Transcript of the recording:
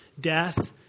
death